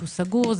שסגור,